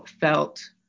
felt